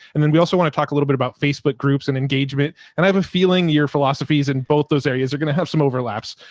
and then we also want to talk a little bit about facebook groups and engagement, and i have a feeling your philosophies in both those areas are going to have some overlaps.